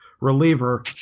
reliever